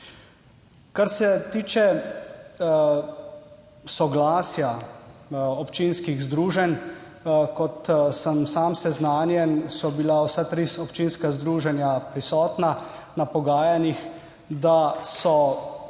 Kar se tiče soglasja občinskih združenj. Kot sem sam seznanjen, so bila vsa tri občinska združenja prisotna na pogajanjih in so